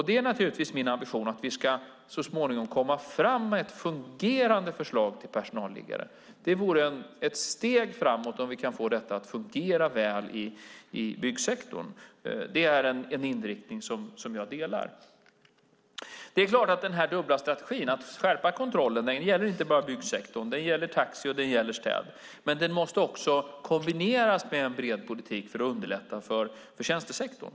Det är naturligtvis min ambition att vi så småningom ska komma fram med ett fungerande förslag till personalliggare. Det vore ett steg framåt om vi kan få detta att fungera väl i byggsektorn. Det är en inriktning som jag instämmer i. Den dubbla strategin att skärpa kontrollen gäller inte bara byggsektorn. Den gäller också taxi och städning. Men strategin måste också kombineras med en bred politik för att underlätta för tjänstesektorn.